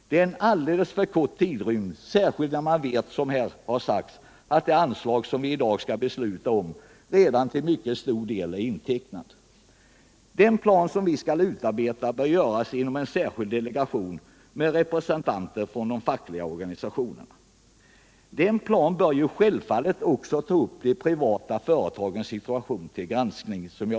Det är en alldeles för kort tidrymd, särskilt när man vet, som här har sagts, att det anslag som vi i dag skall besluta om redan till mycket stor del är intecknat. Den plan som vi vill ha bör utarbetas av en särskild delegation med representanter för de fackliga organisationerna. Planen bör självfallet ta upp också de privata företagens situation till granskning.